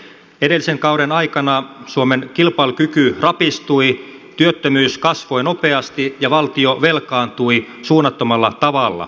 edellisen kauden aikana suomen kilpailukyky rapistui työttömyys kasvoi nopeasti ja valtio velkaantui suunnattomalla tavalla